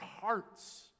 hearts